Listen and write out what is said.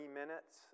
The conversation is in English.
minutes